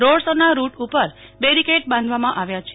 road show ના route ઉપર barricade બાંધવામાં આવ્યા છે